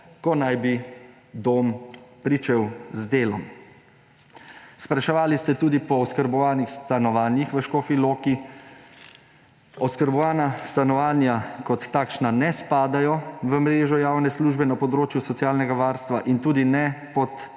ko naj bi dom pričel z delom. Spraševali ste tudi po oskrbovanih stanovanjih v Škofji Loki. Oskrbovana stanovanja kot takšna ne spadajo v mrežo javne službe na področju socialnega varstva in tudi ne pod